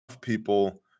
people